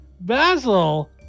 Basil